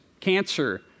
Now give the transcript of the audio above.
cancer